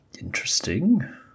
Interesting